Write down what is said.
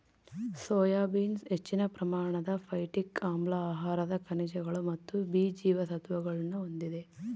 soya beans ಹೆಚ್ಚಿನ ಪ್ರಮಾಣದ phytic ಆಮ್ಲ ಆಹಾರದ ಖನಿಜಗಳು ಮತ್ತು ಬಿ ಜೀವಸತ್ವಗುಳ್ನ ಹೊಂದಿದೆ